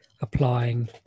applying